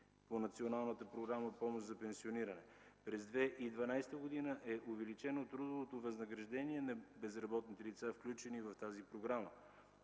по Националната програма „Помощ за пенсиониране”. През 2012 г. е увеличено трудовото възнаграждение на безработните лица, включени в тази програма.